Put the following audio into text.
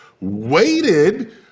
waited